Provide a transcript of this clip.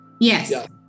Yes